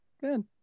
Good